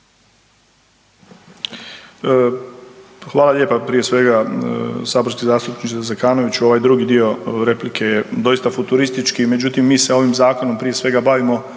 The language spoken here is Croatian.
Hvala lijepa, prije svega saborski zastupniče Zekanović ovaj drugi dio replike je doista futurističi, međutim mi se ovim zakonom prije svega bavimo